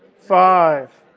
five.